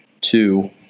two